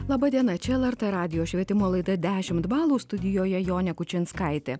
laba diena čia lrt radijo švietimo laida dešimt balų studijoje jonė kučinskaitė